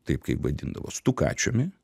taip kaip vadindavo stukačiumi